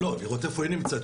לראות איפה היא נמצאת,